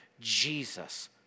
Jesus